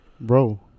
bro